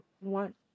want